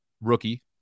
rookie